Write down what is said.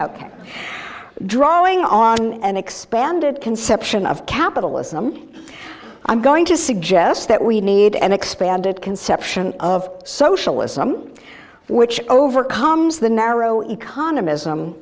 drawing on an expanded conception of capitalism i'm going to suggest that we need an expanded conception of socialism which overcomes the narrow econom